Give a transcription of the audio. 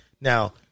Now